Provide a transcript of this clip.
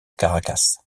caracas